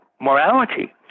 morality